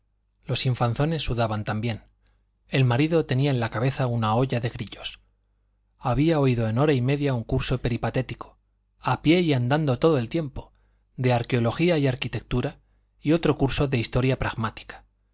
los infanzones sudaban también el marido tenía en la cabeza una olla de grillos había oído en hora y media un curso peripatético a pie y andando todo el tiempo de arqueología y arquitectura y otro curso de historia pragmática